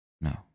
No